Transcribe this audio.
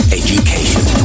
education